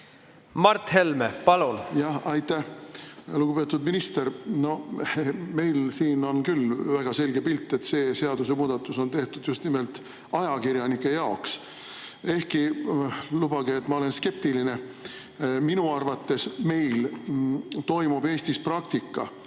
Mart Helme, palun! Aitäh! Lugupeetud minister! No meil on siin küll väga selge pilt, et see seadusemuudatus on tehtud just nimelt ajakirjanike jaoks. Ehkki, lubage, et ma olen skeptiline: minu arvates toimub Eestis praktika,